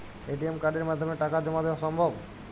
ATM কার্ডের মাধ্যমে টাকা জমা দেওয়া সম্ভব?